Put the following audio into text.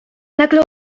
nagle